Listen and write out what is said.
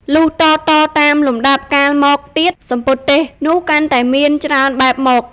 លុះតៗតាមលំដាប់កាលមកទៀត សំពត់ទេសនោះកាន់តែមាន ច្រើនបែបមក។